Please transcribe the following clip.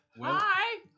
Hi